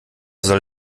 soll